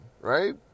right